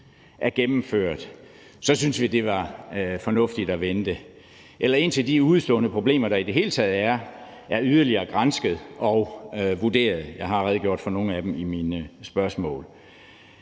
er gennemført. Det synes vi ville være fornuftigt. Eller man burde vente indtil de udestående problemer, der i det hele taget er, er yderligere gransket og vurderet. Jeg har redegjort for nogle af dem i mine spørgsmål.